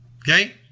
Okay